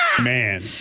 man